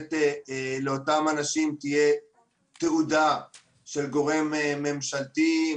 שבאמת לאותם אנשים תהיה תעודה של גורם ממשלתי,